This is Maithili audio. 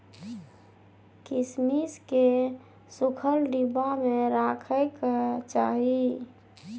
किशमिश केँ सुखल डिब्बा मे राखे कय चाही